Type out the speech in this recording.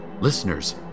Listeners